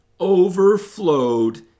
overflowed